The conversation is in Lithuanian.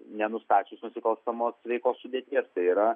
nenustačius nusikalstamos veikos sudėties tai yra